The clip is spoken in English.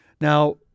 Now